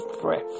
breath